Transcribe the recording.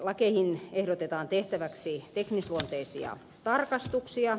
lakeihin ehdotetaan tehtäväksi teknisluonteisia tarkastuksia